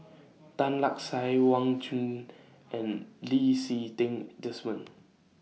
Tan Lark Sye Wang Chunde and Lee Si Ting Desmond